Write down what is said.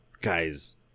Guys